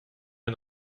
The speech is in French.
une